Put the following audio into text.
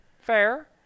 Fair